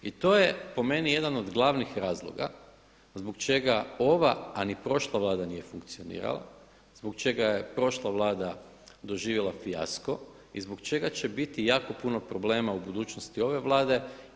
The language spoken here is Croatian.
I to je po meni jedan od glavnih razloga zbog čega ova, a ni prošla Vlada nije funkcionirala, zbog čega je prošla Vlada doživjela fijasko i zbog čega će biti jako puno problema u budućnosti ove Vlade.